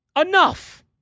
Enough